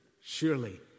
surely